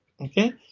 okay